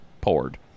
poured